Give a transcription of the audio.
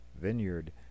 vineyard